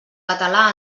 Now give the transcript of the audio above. català